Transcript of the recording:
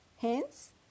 Hence